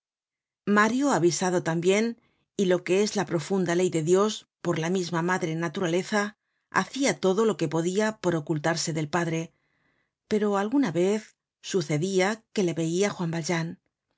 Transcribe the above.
mario avisado tambien y lo que es la profunda ley de dios por la misma madre naturaleza hacia todo lo que podia por ocultarse del padre pero alguna vez sucedia que le veia juan valjean